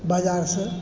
बजारसँ